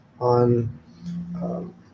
on